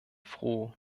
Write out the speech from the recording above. froh